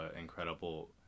incredible